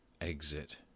EXIT